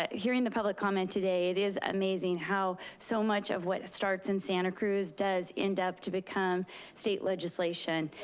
hearing the public comment today, it is amazing how so much of what starts in santa cruz does end up to become state legislation.